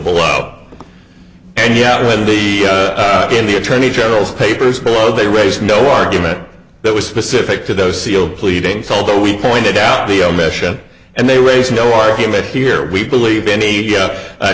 below and yet when the again the attorney general's papers below they raised no argument that was specific to those sealed pleadings although we pointed out the omission and they raise no argument here we believe any